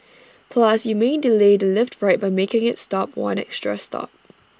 plus you may delay the lift ride by making IT stop one extra stop